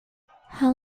how